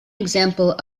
example